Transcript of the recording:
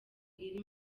iri